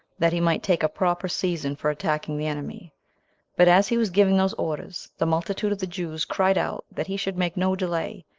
that he might take a proper season for attacking the enemy but as he was giving those orders, the multitude of the jews cried out that he should make no delay,